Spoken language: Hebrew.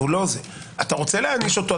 ולא זה אתה רוצה להעניש אותו,